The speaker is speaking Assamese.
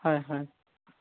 হয় হয়